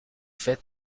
faites